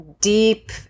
deep